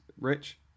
rich